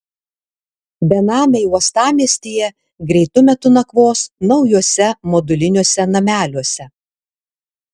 benamiai uostamiestyje greitu metu nakvos naujuose moduliniuose nameliuose